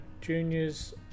juniors